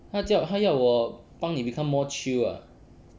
他叫他要我帮你 become more chill ah